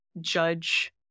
judge